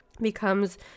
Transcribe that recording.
becomes